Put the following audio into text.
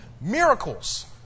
miracles